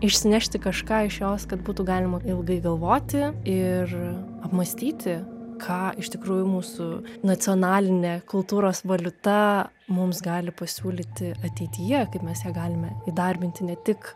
išsinešti kažką iš jos kad būtų galima ilgai galvoti ir apmąstyti ką iš tikrųjų mūsų nacionalinė kultūros valiuta mums gali pasiūlyti ateityje kaip mes ją galime įdarbinti ne tik